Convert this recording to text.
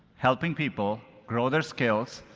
helping people grow their skills,